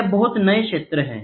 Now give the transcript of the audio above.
यह बहुत नया क्षेत्र है